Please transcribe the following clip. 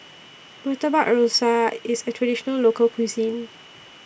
Murtabak Rusa IS A Traditional Local Cuisine